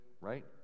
right